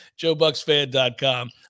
joebucksfan.com